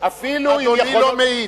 אדוני לא מעיד.